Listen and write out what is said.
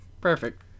Perfect